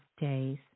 days